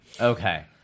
Okay